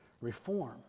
reform